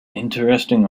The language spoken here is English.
interesting